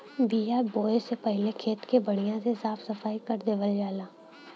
बिया बोये से पहिले खेत के बढ़िया से साफ सफाई कर देवल जाला